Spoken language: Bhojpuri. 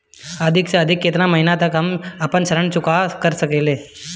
अधिक से अधिक केतना महीना में हम आपन ऋण चुकता कर सकी ले?